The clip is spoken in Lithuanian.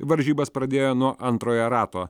varžybas pradėjo nuo antrojo rato